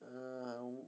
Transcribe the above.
err